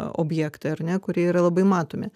objektai ar ne kurie yra labai matomi